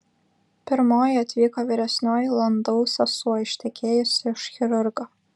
pirmoji atvyko vyresnioji landau sesuo ištekėjusi už chirurgo